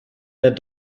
der